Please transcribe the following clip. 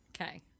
okay